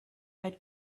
had